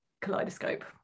kaleidoscope